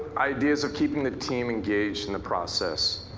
ideas of keeping the team engaged in the process.